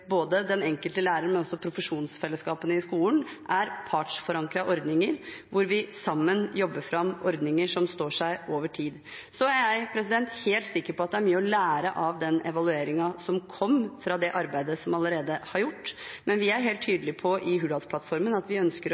både den enkelte lærer og profesjonsfellesskapene i skolen, er partsforankrede ordninger hvor vi sammen jobber fram ordninger som står seg over tid. Jeg er helt sikker på at det er mye å lære av den evalueringen som kom av det arbeidet som allerede er gjort, men vi er i Hurdalsplattformen helt tydelige på at vi ønsker å